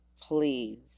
please